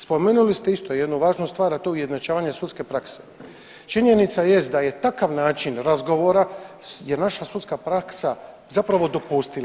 Spomenuli ste isto jednu važnu stvar, a to ujednačavanje sudske prakse činjenica jest da je takav način razgovora je naša sudska praksa zapravo dopustila.